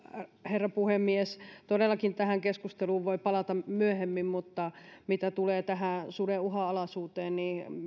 herra puhemies todellakin tähän keskusteluun voi palata myöhemmin mutta mitä tulee tähän suden uhanalaisuuteen niin